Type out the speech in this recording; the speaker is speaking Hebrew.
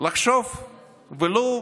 לחשוב ולו